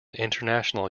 international